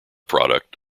product